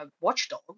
watchdog